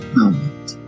moment